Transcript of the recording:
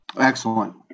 Excellent